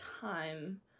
time